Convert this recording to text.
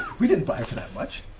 we didn't buy it for that much,